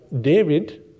David